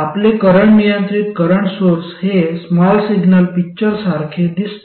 आपले करंट नियंत्रित current source हे स्मॉल सिग्नल पिक्चर यासारखे दिसते